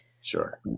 Sure